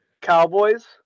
Cowboys